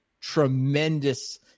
tremendous